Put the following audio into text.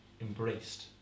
embraced